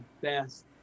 best